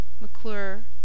McClure